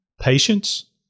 patience